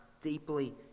deeply